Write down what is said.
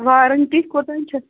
warranty کوٚتام چھَس